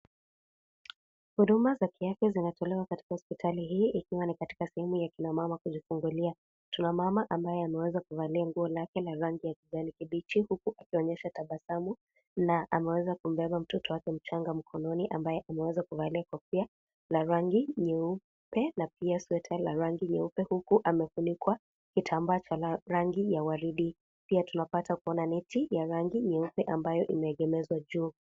Huduma za kiafya zinatolewa katika hospitali hii ikiwa ni katika sehemu ya kina mama kujifungulia. Tuna mama ambaye ameweza kuvalia nguo lake la rangi ya kijani kibichi, huku akionyesha tabasamu na ameweza kumbeba mtoto wake mchanga mkononi, ambaye ameweza kuvalia kofia la rangi nyeupe na pia sweta la rangi nyeupe, huku amefunikwa kitambaa cha rangi ya waridi. Pia tunapata kuona net ya rangi nyeupe ambayo imeegemezwa juu.